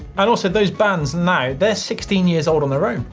and also those bands now, they're sixteen years old on their own.